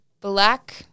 Black